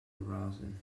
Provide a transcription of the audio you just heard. resin